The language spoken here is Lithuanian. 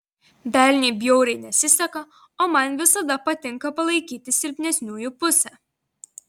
velniui bjauriai nesiseka o man visada patinka palaikyti silpnesniųjų pusę